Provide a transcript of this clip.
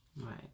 right